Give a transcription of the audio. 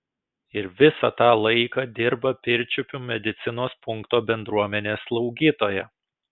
ir visą tą laiką dirba pirčiupių medicinos punkto bendruomenės slaugytoja